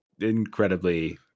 incredibly